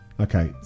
Okay